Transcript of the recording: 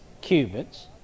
cubits